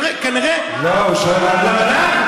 לא, הוא שואל על המל"ג.